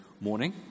morning